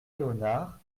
léonard